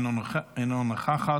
אינה נוכחת,